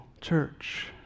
church